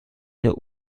der